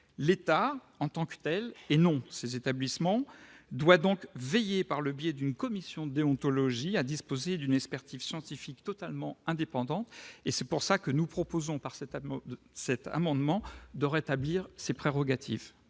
L'État en tant que tel, et non ses établissements, doit donc veiller, par le biais d'une commission de déontologie, à disposer d'une expertise scientifique totalement indépendante. C'est pourquoi nous proposons dans le présent amendement de rétablir les prérogatives